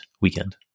weekend